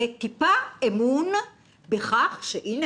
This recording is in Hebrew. לטיפת אמון בכך שהנה,